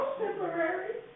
temporary